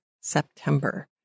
September